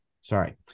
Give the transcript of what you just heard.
sorry